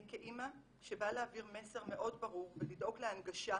אני כאימא שבאה להעביר מסר מאוד ברור ולדאוג להנגשה,